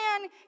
man